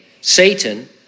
Satan